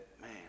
man